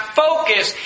focus